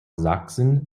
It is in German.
sachsen